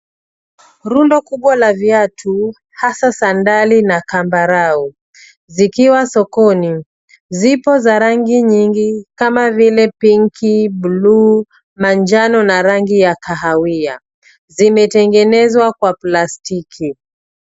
Rundo kubwa la viatu, hasa sandali na kambarau, zikiwa sokoni. Zipo za rangi nyingi kama vile pinki, bluu, manjano na rangi ya kahawia. Zimetengenezwa kwa plastiki.